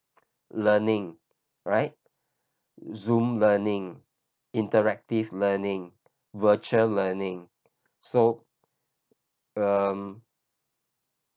learning right zoom learning interactive learning virtual learning so um